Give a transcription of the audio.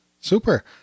Super